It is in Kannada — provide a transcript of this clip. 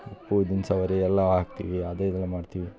ಉಪ್ಪು ದಿನ್ಸವಾರಿ ಎಲ್ಲ ಹಾಕ್ತೀವಿ ಅದೇ ಎಲ್ಲ ಮಾಡ್ತೀವಿ